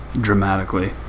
dramatically